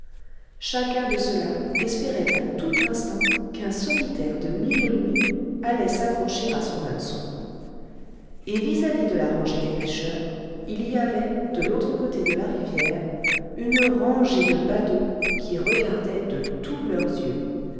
chacun de ceux-là espérait à tout instant qu'un solitaire de mille louis allait s'accrocher à son hameçon et vis-à-vis de la rangée des pêcheurs il y avait de l'autre côté de la rivière une rangée de badauds qui regardaient de tous leurs yeux